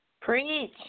Preach